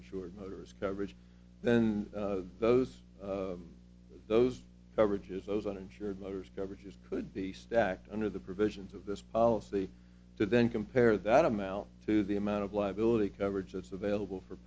insured motors coverage then those those coverages those uninsured motors coverages could be stacked under the provisions of this policy to then compare that amount to the amount of liability coverage that's available for